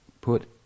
put